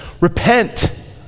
repent